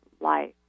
life